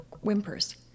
whimpers